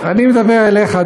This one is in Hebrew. אני מדבר אליך,